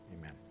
Amen